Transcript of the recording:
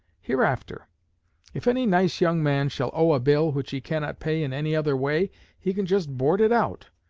hereafter if any nice young man shall owe a bill which he cannot pay in any other way he can just board it out.